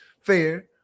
fair